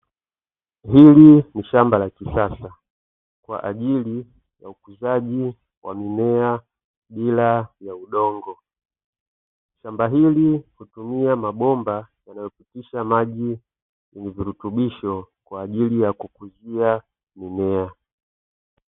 Hili ni shamba la kisasa kwa ajili ya ukuzaji wa mimea bila ya udongo. Shamba hili hutumia mabomba yanayopitisha maji yenye virutubisho kwa ajili ya kukuzia mimea.